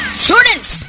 students